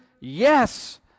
Yes